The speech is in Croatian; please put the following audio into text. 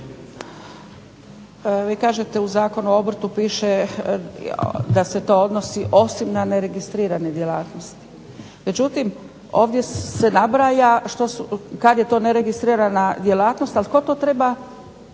Vi kažete u Zakonu o obrtu piše da se to odnosi osim na neregistrirane djelatnosti. Međutim, ovdje se nabraja kad je to neregistrirana djelatnost, ali tko to treba